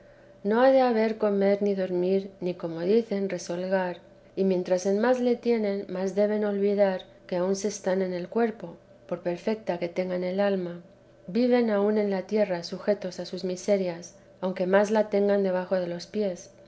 no ha de haber comer ni dormir no como dicen resollar y mientras en más le tienen más deben olvidar que aunque se están en el cuerpo por perfeta que tengan el alma viven aún en la tierra sujetos a sus miserias aunque más la tengan debajo de los pies